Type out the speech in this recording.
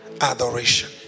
Adoration